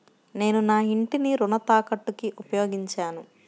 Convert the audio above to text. నేను నా ఇంటిని రుణ తాకట్టుకి ఉపయోగించాను